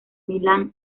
milán